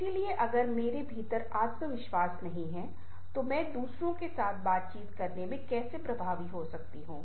इसलिए अगर मेरे भीतर आत्मविश्वास नहीं है तो मैं दूसरों के साथ बातचीत करने मे कैसे प्रभावी हो सकता हूं